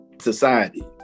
society